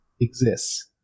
exists